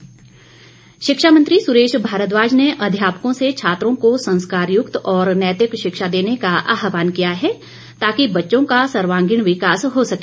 सुरेश भारद्वाज शिक्षा मंत्री सुरेश भारद्वाज ने अध्यापकों से छात्रों को संस्कारयुक्त और नैतिक शिक्षा देने का आहवान किया है ताकि बच्चों का सर्वांगीण विकास हो सके